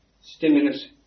stimulus